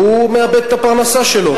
והוא מאבד את הפרנסה שלו.